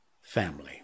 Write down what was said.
family